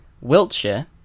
Wiltshire